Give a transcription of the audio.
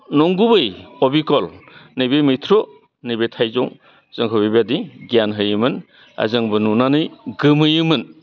नंगुबै अबिकल नैबे मैथ्रु नैबे थाइजौ जोंखौ बेबायदि गियान होयोमोन आरो जोंबो नुनानै गोमोयोमोन